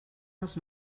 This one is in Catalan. els